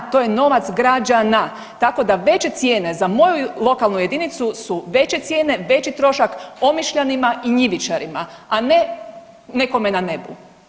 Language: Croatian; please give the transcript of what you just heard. To je novac građana, tako da veće cijene za moju lokalnu jedinicu su veće cijene, veći trošak Omišljanima i Njivičanima, a ne nekome na nebu.